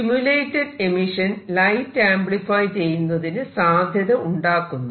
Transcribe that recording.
stimulated emission light amplify ചെയ്യുന്നതിന് സാധ്യത ഉണ്ടാക്കുന്നു